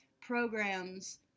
programs